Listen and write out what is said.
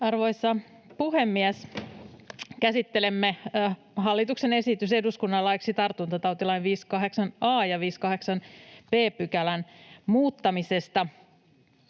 Arvoisa puhemies! Käsittelemme hallituksen esitystä eduskunnalle laiksi tartuntatautilain 58 a ja 58 b §:n muuttamisesta,